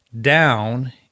down